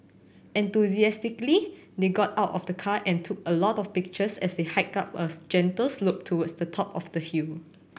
enthusiastically they got out of the car and took a lot of pictures as they hiked up a gentle slope towards the top of the hill